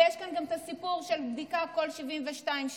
ויש כאן גם את הסיפור של בדיקה כל 72 שעות.